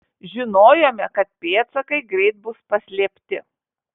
žinojome kad pėdsakai greit bus paslėpti